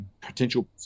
potential